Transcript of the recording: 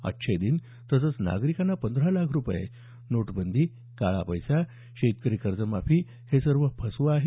अच्छे दिन तसंच नागरिकांना पंधरा लाख रुपये नोटबंदी काळा पैसा शेतकरी कर्जमाफी हे सर्व फसवं आहे